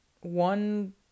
one